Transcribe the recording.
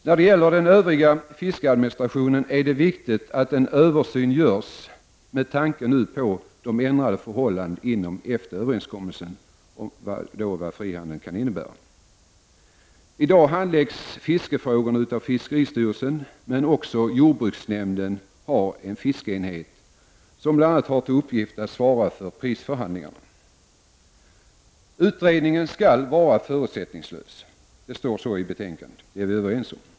När det gäller den övriga fiskeadministrationen är det viktigt att en översyn görs med tanke på de ändrade förhållanden som EFTA-överenskommelsen om frihandel kan innebära. I dag handläggs fiskefrågorna av fiskeristyrelsen, men även jordbruksnämnden har en fiskeenhet som bl.a. har till uppgift att svara för prisförhandlingarna. Utredningen skall vara förutsättningslös. Det står så i betänkandet, och det är vi överens om.